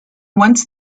once